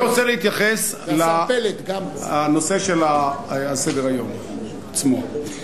אני רוצה להתייחס לנושא שעל סדר-היום עצמו.